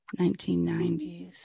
1990s